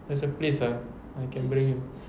there's a place ah I can bring you